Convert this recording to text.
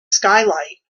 skylight